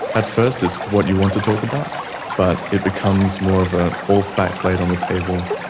at first it's what you want to talk about but it becomes more of an all facts laid on the table,